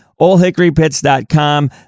oldhickorypits.com